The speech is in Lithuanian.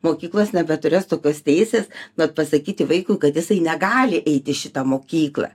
mokyklos nebeturės tokios teisės kad pasakyti vaikui kad jisai negali eit į šitą mokyklą